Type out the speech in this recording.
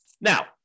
Now